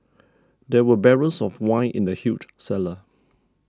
there were barrels of wine in the huge cellar